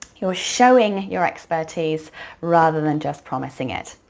you're showing your expertise rather than just promising it.